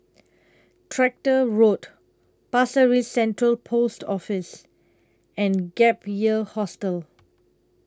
Tractor Road Pasir Ris Central Post Office and Gap Year Hostel